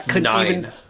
Nine